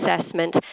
assessment